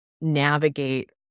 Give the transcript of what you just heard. navigate